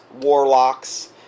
warlocks